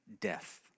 Death